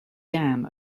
dam